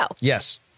Yes